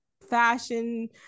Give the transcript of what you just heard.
fashion